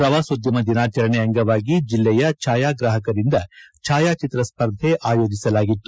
ಪ್ರವಾಸೋದ್ಯಮ ದಿನಾಚರಣೆ ಅಂಗವಾಗಿ ಜಿಲ್ಲೆಯ ಛಾಯಾಗ್ರಾಹಕರಿಂದ ಛಾಯಾಚಿತ್ರ ಸ್ವರ್ಧೆ ಅಯೋಜಿಸಲಾಗಿತ್ತು